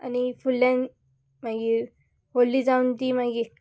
आनी फुडल्यान मागीर होली जावन ती मागी